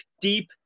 deep